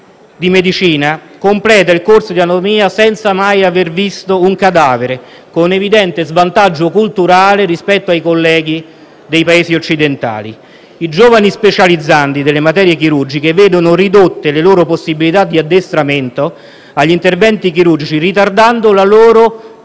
studenti di medicina completa il corso di anatomia senza mai aver visto un cadavere, con evidente svantaggio culturale rispetto ai colleghi dei Paesi occidentali. I giovani specializzandi delle materie chirurgiche vedono ridotte le loro possibilità di addestramento agli interventi chirurgici, ritardando la loro preparazione